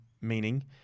meaning